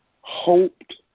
hoped